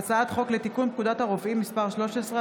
הצעת חוק לתיקון פקודת הרופאים (מס' 13),